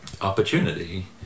opportunity